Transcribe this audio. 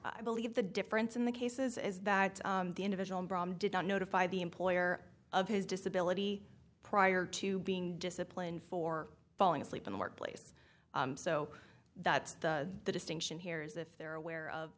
i believe the difference in the cases is that the individual did not notify the employer of his disability prior to being disciplined for falling asleep in the workplace so that's the distinction here is if they're aware of the